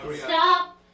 Stop